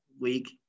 week